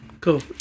cool